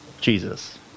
Jesus